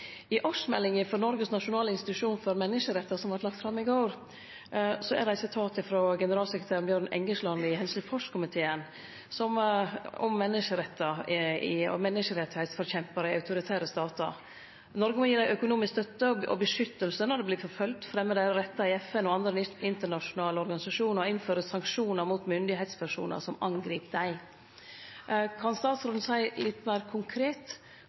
I årsmeldinga for Noregs nasjonale institusjon for menneskerettar, som vart lagd fram i går, er det eit sitat frå generalsekretær Bjørn Engesland i Helsingforskomiteen om menneskerettar og menneskerettsforkjemparar i autoritære statar: «Norge må gi dem økonomisk støtte og beskyttelse når de blir forfulgt, fremme deres rettigheter i FN og andre internasjonale organisasjoner og innføre sanksjoner mot myndighetspersoner som angriper dem.» Kan utanriksministeren seie litt meir konkret